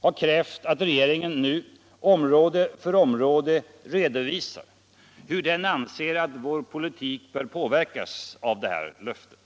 har krävt att regeringen nu område för område skall redovisa hur den anser att Sveriges politik bör påverkas av detta löfte.